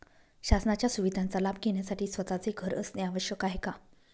शासनाच्या सुविधांचा लाभ घेण्यासाठी स्वतःचे घर असणे आवश्यक आहे का?